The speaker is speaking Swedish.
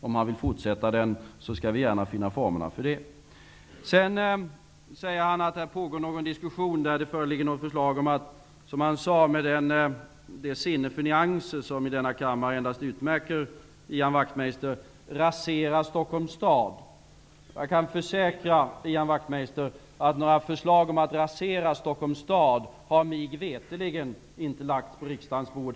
Om han vill fortsätta den skall vi gärna finna formerna för det. Sedan säger Ian Wachtmeister att det pågår en diskussion där det föreligger ett förslag om att, som han sade med det sinne för nyanser som i denna kammare endast utmärker Ian Wachtmeister, rasera Stockholms stad. Jag kan försäkra Ian Wachtmeister att några förslag om att rasera Stockholms stad har mig veterligen inte lagts på riksdagens bord.